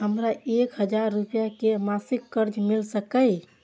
हमरा एक हजार रुपया के मासिक कर्जा मिल सकैये?